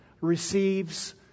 receives